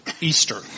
Easter